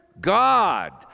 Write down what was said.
God